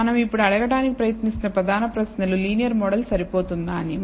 మనం ఇప్పుడు అడగడానికి ప్రయత్నిస్తున్న ప్రధాన ప్రశ్నలు లీనియర్ మోడల్ సరిపోతుందా అని